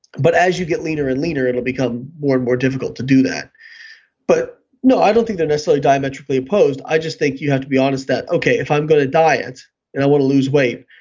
but as you get leaner and leaner it'll become more and more difficult to do that but no, i don't think they're necessarily diametrically opposed, i just think you have to be honest that, okay, if i'm going to diet and i want to lose weight,